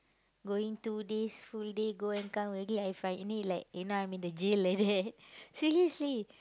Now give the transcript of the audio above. going two days full day go and come already I find it like you know I'm in the jail like that seriously